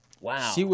wow